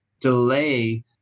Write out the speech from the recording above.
delay